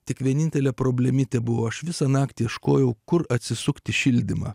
tik vienintelė problemytė buvo aš visą naktį ieškojau kur atsisukti šildymą